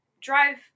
drive